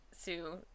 Sue